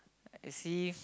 you see